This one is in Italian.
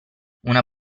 una